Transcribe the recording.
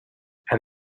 and